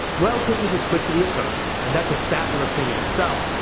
well, christmas is quickly approaching, and that's a fabulous thing in itself,